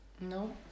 No